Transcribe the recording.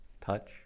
touch